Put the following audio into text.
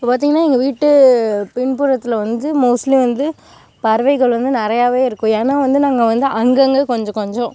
இப்போ பார்த்திங்கனா எங்கள் வீட்டு பின்புறத்தில் வந்து மோஸ்ட்லி வந்து பறவைகள் வந்து நிறையாவே இருக்கும் ஏன்னா வந்து நாங்கள் வந்து அங்கங்கே கொஞ்சம் கொஞ்சம்